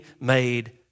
made